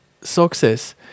success